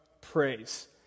praise